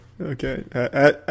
Okay